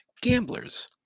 gamblers